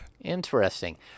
Interesting